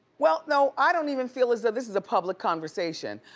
well, no, i don't even feel as though this is a public conversation.